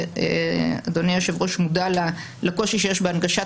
ואדוני היושב-ראש מודע לקושי שיש בהנגשת